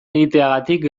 egiteagatik